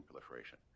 proliferation